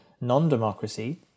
non-democracy